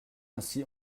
ainsi